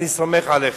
אני סומך עליך.